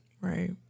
Right